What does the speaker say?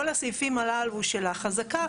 כל הסעיפים הללו של החזקה,